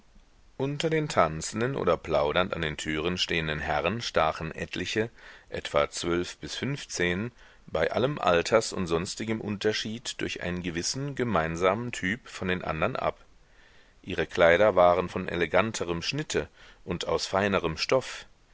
unter den tanzenden oder plaudernd an den türen stehenden herren stachen etliche etwa zwölf bis fünfzehn bei allem alters und sonstigem unterschied durch einen gewissen gemeinsamen typ von den andern ab ihre kleider waren von eleganterem schnitte und aus feinerem stoff